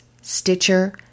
Stitcher